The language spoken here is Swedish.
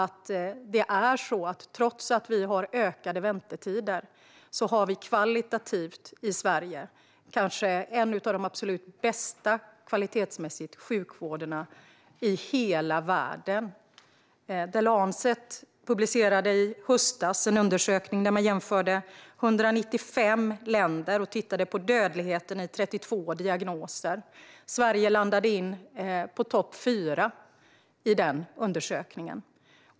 Trots att vi har ökade väntetider är sjukvården i Sverige kvalitetsmässigt kanske en av de absolut bästa i hela världen. The Lancet publicerade i höstas en undersökning där man jämförde 195 länder och tittade på dödligheten i 32 diagnoser. Sverige landade på topp fyra i den undersökningen.